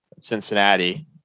Cincinnati